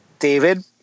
David